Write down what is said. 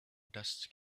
dust